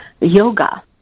yoga